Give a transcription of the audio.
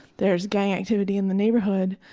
there's gang activity in the neighborhood,